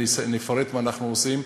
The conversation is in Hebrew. אני אפרט מה אנחנו עושים,